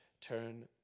turn